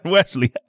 Wesley